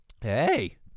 Hey